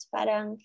Parang